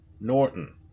Norton